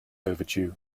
overdue